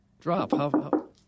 Drop